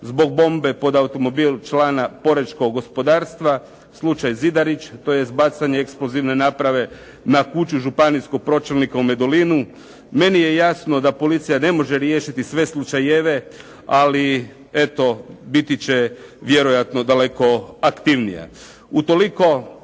zbog bombe pod automobil člana porečkog gospodarstva, slučaj Zidarić tj. bacanje eksplozivne naprave na kuću županijskog pročelnika u Medulinu. Meni je jasno da policija ne može riješiti sve slučajeve, ali eto biti će vjerojatno daleko aktivnija.